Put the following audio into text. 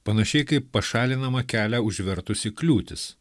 panašiai kaip pašalinama kelią užvertusi kliūtis